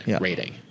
rating